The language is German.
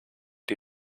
die